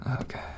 Okay